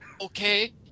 okay